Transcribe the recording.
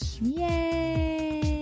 Yay